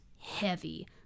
heavy